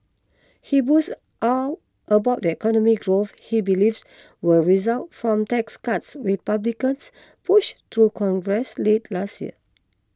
he boasted out about the economic growth he believes will result from tax cuts Republicans pushed through Congress late last year